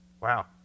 Wow